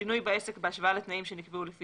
שינוי בעסק בהשוואה לתנאים שנקבעו לפי